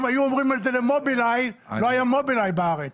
אם היו אומרים את זה למובילאיי לא היה מובילאיי בארץ,